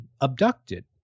abducted